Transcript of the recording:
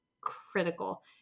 critical